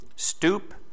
Stoop